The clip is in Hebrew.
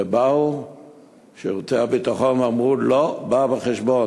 ובאו שירותי הביטחון ואמרו: לא בא בחשבון.